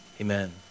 Amen